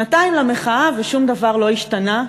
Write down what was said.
שנתיים למחאה ושום דבר לא השתנה?